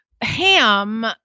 ham